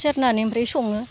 सेरनानै ओमफ्राय सङो